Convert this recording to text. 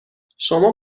شما